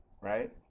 Right